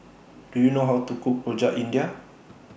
Do YOU know How to Cook Rojak India